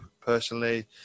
personally